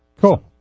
Cool